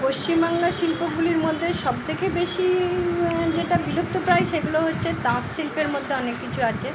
পশ্চিম বাংলার শিল্পগুলির মদ্যে সব থেকে বেশি যেটা বিলুপ্তপ্রায় সেগুলো হচ্ছে তাঁত শিল্পের মধ্যে অনেক কিছু আছে